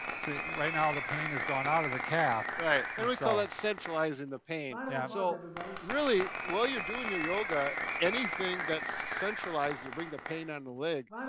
right now the pain has gone out of the calf. right, and we call that centralizing the pain. yeah so really while you're doing your yoga, anything that centralizes or brings the pain ah and out